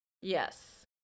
Yes